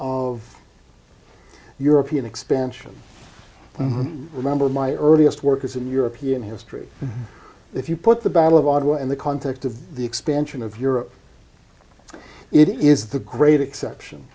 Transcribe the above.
of european expansion remember my earliest work is in european history if you put the battle of ottawa in the context of the expansion of europe it is the great exception